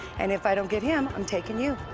and if i don't get him, i'm taking you.